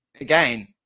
Again